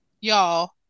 Y'all